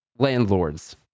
Landlords